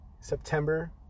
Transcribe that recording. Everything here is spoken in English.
September